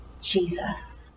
Jesus